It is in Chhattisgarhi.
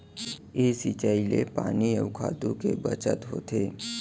ए सिंचई ले पानी अउ खातू के बचत होथे